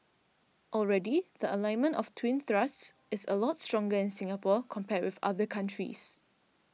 already the alignment of the twin thrusts is a lot stronger in Singapore compared with other countries